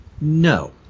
no